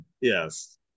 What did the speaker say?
yes